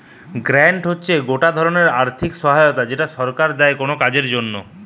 grant হতিছে গটে ধরণের আর্থিক সহায়তা যেটা সরকার দেয় কোনো কাজের জন্যে